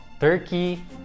turkey